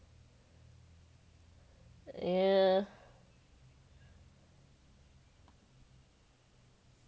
yeah